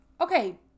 Okay